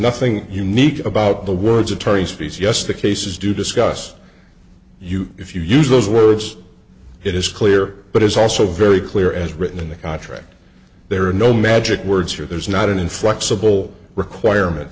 nothing unique about the words attorney's fees yes the cases do discuss you if you use those words it is clear but is also very clear as written in the contract there are no magic words or there is not an inflexible requirement